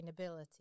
sustainability